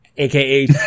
AKA